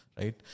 right